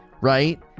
right